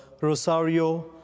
Rosario